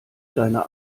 deine